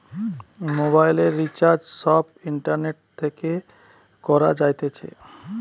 মোবাইলের রিচার্জ সব ইন্টারনেট থেকে করা যাইতেছে